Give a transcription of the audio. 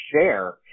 share